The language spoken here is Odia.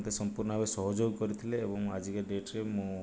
ମୋତେ ସମ୍ପୂର୍ଣ୍ଣ ଭାବେ ସହଯୋଗ କରିଥିଲେ ଏବଂ ଆଜିକା ଡେଟ୍ରେ ମୁଁ